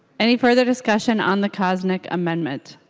any further discussion on the koznick amendment?